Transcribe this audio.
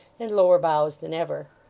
and lower bows than ever.